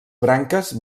branques